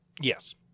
Yes